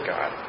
God